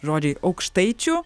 žodžiai aukštaičių